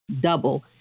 double